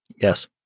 Yes